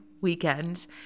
weekend